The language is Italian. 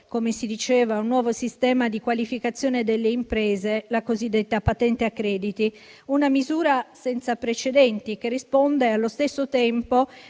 come si diceva, un nuovo sistema di qualificazione delle imprese: la cosiddetta patente a crediti: una misura senza precedenti che risponde, allo stesso tempo,